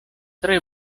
tre